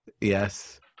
Yes